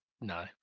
No